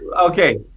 Okay